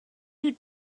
you